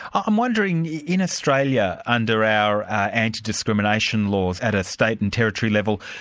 i'm wondering, yeah in australia, under our anti-discrimination laws at a state and territory level,